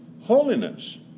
holiness